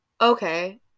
okay